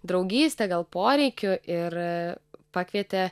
draugyste gal poreikiu ir pakvietė